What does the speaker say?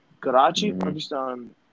Karachi-Pakistan